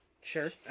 Sure